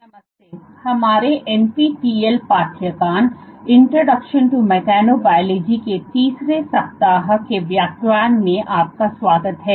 नमस्ते हमारे NPTEL पाठ्यक्रम इंट्रोडक्शन टू मेकेनोबायोलॉजी के तीसरे सप्ताह के व्याख्यान में आपका स्वागत है